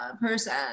person